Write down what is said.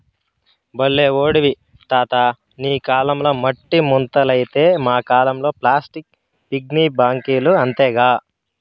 బల్లే ఓడివి తాతా నీ కాలంల మట్టి ముంతలైతే మా కాలంల ప్లాస్టిక్ పిగ్గీ బాంకీలు అంతేగా